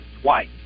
twice